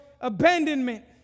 abandonment